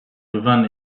gewann